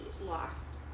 lost